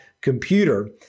computer